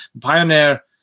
pioneer